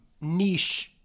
niche